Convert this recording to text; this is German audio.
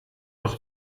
doch